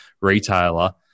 retailer